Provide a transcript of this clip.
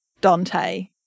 Dante